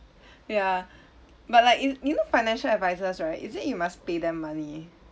ya but like you you know financial advisers right is it you must pay them money